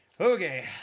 Okay